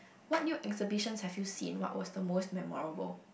what new exhibitions have you seen what was the most memorable